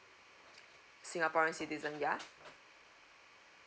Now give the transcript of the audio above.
singaporean citizen yeah